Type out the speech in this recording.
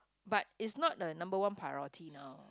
but it's not the number one priority now